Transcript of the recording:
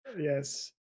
yes